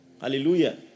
Hallelujah